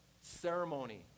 ceremony